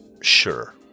sure